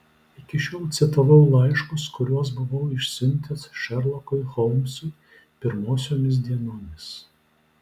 iki šiol citavau laiškus kuriuos buvau išsiuntęs šerlokui holmsui pirmosiomis dienomis